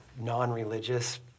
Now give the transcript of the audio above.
Non-religious